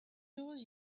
heureuse